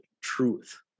truth